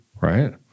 right